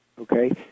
Okay